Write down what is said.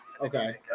Okay